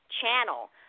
channel